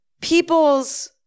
people's